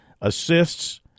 assists